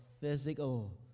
physical